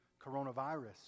coronavirus